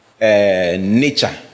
nature